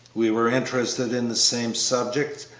we were interested in the same subjects,